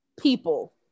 people